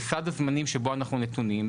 בסד הזמנים שבו אנחנו נתונים,